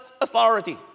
authority